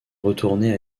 retourner